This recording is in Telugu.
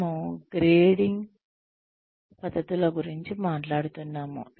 మనము గ్రేడింగ్ పద్ధతుల గురించి మాట్లాడుతున్నాము